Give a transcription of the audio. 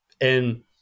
And-